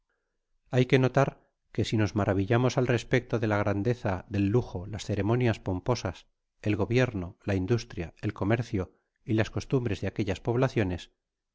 hay que notar que si nos maravillamos al aspecto de la grandeza del lujo las ceremonias pomposas el gobierno la industria el comercio y las costumbres de aquellas poblaciones